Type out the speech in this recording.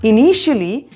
Initially